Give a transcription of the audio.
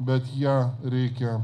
bet ją reikia